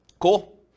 cool